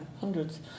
hundreds